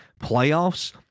playoffs